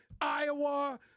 Iowa